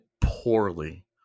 poorly